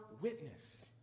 witness